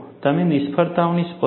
તમે નિષ્ફળતાને સ્પષ્ટ કરો છો